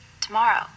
tomorrow